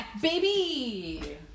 Baby